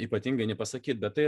ypatingai nepasakyt bet tai